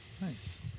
nice